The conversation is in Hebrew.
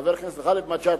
חבר הכנסת גאלב מג'אדלה,